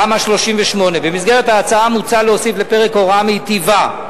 תמ"א 38. במסגרת ההצעה מוצע להוסיף לפרק הוראה מטיבה,